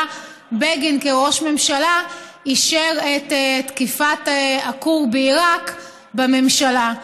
בגין כראש ממשלה אישר את תקיפת הכור בעיראק בממשלה.